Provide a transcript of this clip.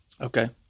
Okay